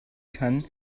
kann